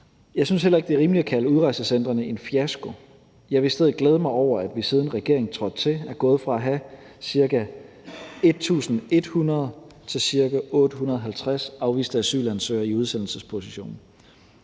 Jeg synes heller ikke, det er rimeligt at kalde udrejsecentrene en fiasko. Jeg vil i stedet glæde mig over, at vi, siden regeringen trådte til, er gået fra at have ca. 1.100 til ca. 850 afviste asylansøgere i udsendelsesposition.